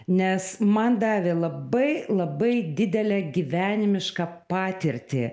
nes man davė labai labai didelę gyvenimišką patirtį